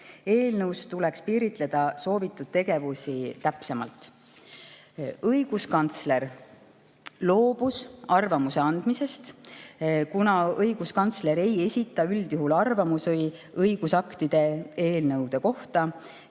Eelnõus tuleks soovitud tegevusi täpsemalt piiritleda. Õiguskantsler loobus arvamuse andmisest, kuna õiguskantsler ei esita üldjuhul arvamusi õigusaktide eelnõude kohta